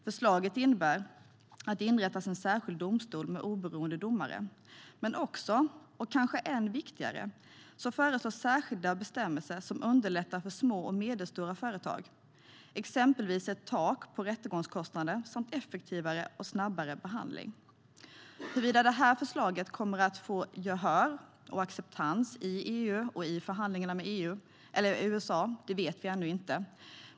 Förslaget innebär att det inrättas en särskild domstol med oberoende domare. Men det föreslås också - och det är kanske än viktigare - särskilda bestämmelser som underlättar för små och medelstora företag, exempelvis ett tak för rättegångskostnader samt effektivare och snabbare behandling. Huruvida det förslaget kommer att få gehör och acceptans i EU och i förhandlingarna med USA vet vi ännu inte.